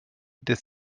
des